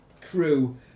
crew